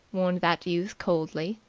warned that youth coldly.